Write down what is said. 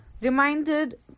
Reminded